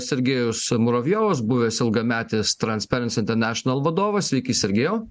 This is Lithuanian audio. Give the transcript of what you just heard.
sergejus muravjovas buvęs ilgametis transparency international vadovas sveiki sergėjau